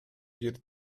жер